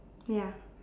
ya